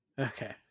Okay